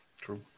True